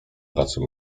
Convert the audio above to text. pracy